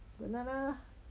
banana